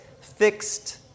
fixed